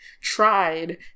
tried